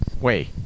Wait